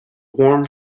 warm